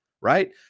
Right